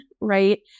right